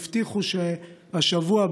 והבטיחו שהשבוע,